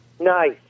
Nice